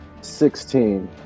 Sixteen